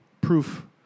proof